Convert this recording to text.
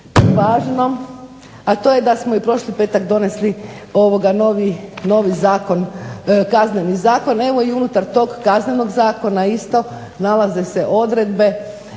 važno, a to je da smo i prošli petak donesli novi zakon, Kazneni zakon. Evo i unutar tog Kaznenog zakona isto nalaze se odredbe